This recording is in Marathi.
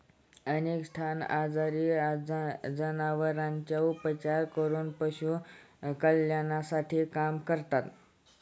अनेक संस्था आजारी जनावरांवर उपचार करून पशु कल्याणासाठी काम करतात